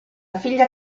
figlia